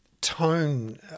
tone